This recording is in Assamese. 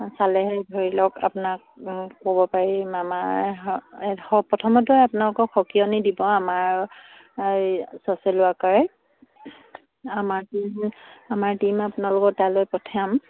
চালেহে ধৰি লওক আপোনাক ক'ব পাৰিম আমাৰ প্ৰথমতে আপোনালোকক সকিয়নি দিব আমাৰ এই ছ'চিয়েল ৱৰ্কাৰে আমাৰ টীম আমাৰ টীম আপোনালোকৰ তালৈ পঠিয়াম